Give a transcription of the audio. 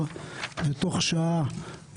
חד"ש-תע"ל?